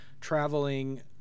traveling